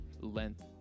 length